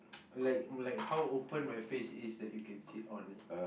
like like how open my face is that you can sit on it